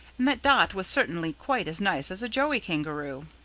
and that dot was certainly quite as nice as a joey kangaroo.